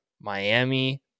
Miami